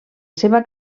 seva